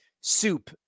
soup